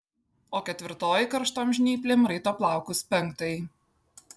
o ketvirtoji karštom žnyplėm raito plaukus penktajai